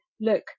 look